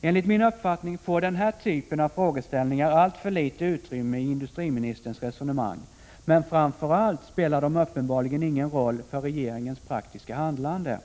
Enligt min uppfattning får den här typen av frågeställningar alltför litet utrymme i industriministerns resonemang. Men framför allt spelar de uppenbarligen ingen roll för regeringens praktiska handlande.